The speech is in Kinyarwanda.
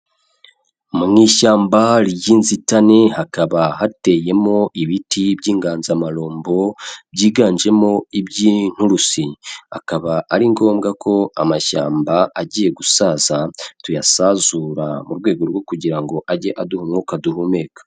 Mu ishyamba ry'inzitane hakaba hateyemo ibiti by'inganzamarumbo, byiganjemo iby'inturusi, akaba ari ngombwa ko amashyamba agiye gusaza tuyasazura mu rwego rwo kugira ngo ajye aduha umwuka duhumeka.